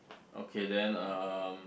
okay then um